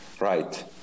right